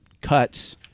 cuts